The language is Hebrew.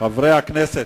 חברי הכנסת,